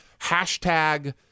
Hashtag